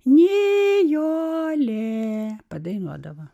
nėjo alė padainuodavo